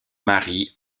marie